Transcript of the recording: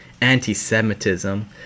anti-semitism